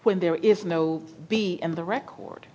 when there is no be in the record